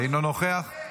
אינו נוכח,